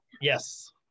Yes